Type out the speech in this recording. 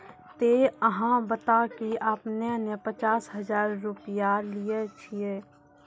ते अहाँ बता की आपने ने पचास हजार रु लिए छिए?